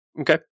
Okay